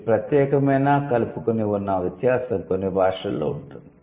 ఈ ప్రత్యేకమైన కలుపుకొని ఉన్న వ్యత్యాసం కొన్ని భాషలలో ఉంటుంది